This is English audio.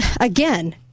again